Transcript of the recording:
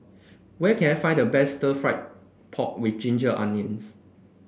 where can I find the best fried pork with Ginger Onions